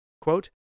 quote